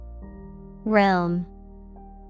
Realm